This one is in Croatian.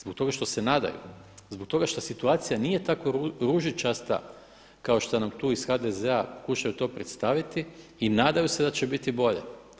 Zbog toga što se nadaju, zbog toga što situacija nije tako ružičasta kao što nam tu iz HDZ-a pokušavaju to predstaviti i nadaju se da će biti bolje.